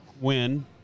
win